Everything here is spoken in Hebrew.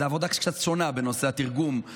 זו עבודה קצת שונה בנושא התרגום,